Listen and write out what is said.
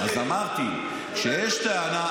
אז אמרתי: כשיש טענה,